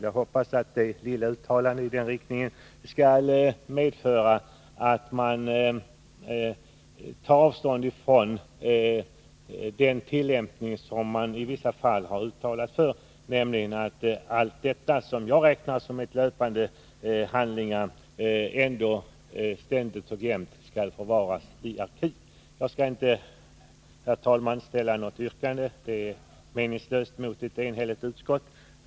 Jag hoppas att det lilla uttalandet medför att man tar avstånd från den ordningen att allt det som jag räknar som löpande handlingar alltid måste förvaras i arkiv. Jag skall inte ställa något yrkande — det är meningslöst mot ett enigt utskott.